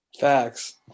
Facts